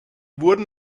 wurden